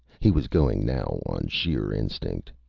he was going now on sheer instinct.